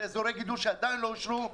אזורי גידול שעדיין לא אושרו.